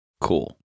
Cool